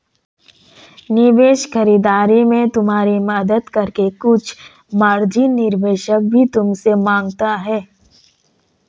निवेश खरीदारी में तुम्हारी मदद करके कुछ मार्जिन निवेशक भी तुमसे माँगता है